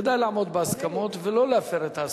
כדאי לעמוד בהסכמות ולא להפר את ההסכמות.